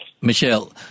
Michelle